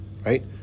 right